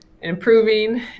improving